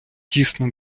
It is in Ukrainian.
дійсно